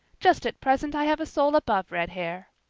just at present i have a soul above red hair.